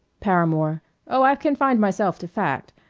paramore oh, i've confined myself to fact.